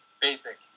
Basic